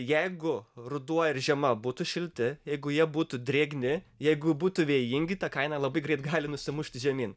jeigu ruduo ir žiema būtų šilti jeigu jie būtų drėgni jeigu būtų vėjingi ta kaina labai greit gali nusimušti žemyn